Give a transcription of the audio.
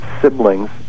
siblings